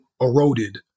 eroded